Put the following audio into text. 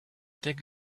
take